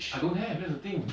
I don't have that's the thing